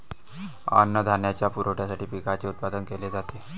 अन्नधान्याच्या पुरवठ्यासाठी पिकांचे उत्पादन केले जाते